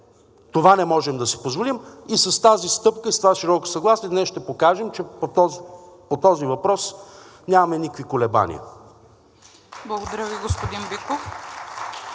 Това не можем да си позволим! И с тази стъпка, и с това широко съгласие днес ще покажем, че по този въпрос нямаме никакви колебания. (Ръкопляскания от